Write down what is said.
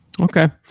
Okay